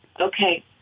Okay